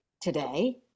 today